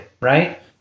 right